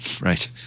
right